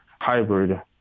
hybrid